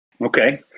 Okay